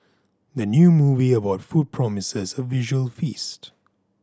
the new movie about food promises a visual feast